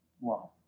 Wow